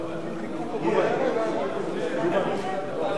למניעת פגיעה במדינת ישראל באמצעות חרם,